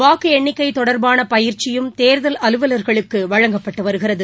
வாக்கு எண்ணிக்கை தொடர்பான பயிற்சியும் தேர்தல் அலுவலர்களுக்கு வழங்கப்பட்டு வருகிறது